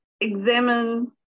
examine